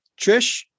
Trish